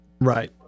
Right